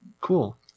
Cool